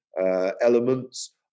elements